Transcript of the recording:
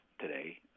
today